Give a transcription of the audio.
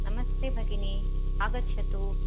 नमस्ते भगिनि आगच्छतु